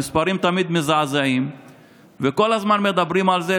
המספרים תמיד מזעזעים וכל הזמן מדברים על זה,